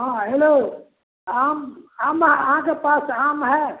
हँ हेलो आम आमऽ अहाँके पास आम हइ